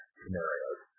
scenarios